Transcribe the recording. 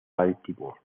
baltimore